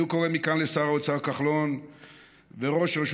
אני קורא מכאן לשר האוצר כחלון ולראש רשות